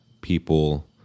people